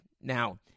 Now